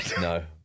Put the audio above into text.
No